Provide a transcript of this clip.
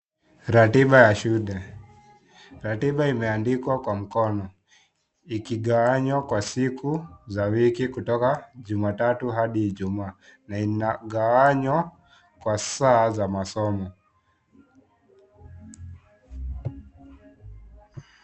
Ratiba ya shule. Ratiba imeandikwa kwa mkono, ikigawanywa kwa siku za wiki kutoka Jumatatu hadi Ijumaa, na inagawanywa kwa saa za masomo.